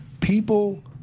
people